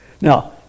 Now